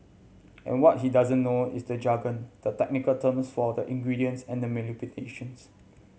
and what he doesn't know is the jargon the technical terms for the ingredients and manipulations